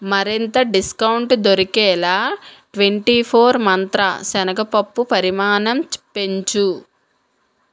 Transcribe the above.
మరింత డిస్కౌంట్ దొరికేలాగ twenty four మంత్ర శనగ పప్పు పరిమాణం పెంచు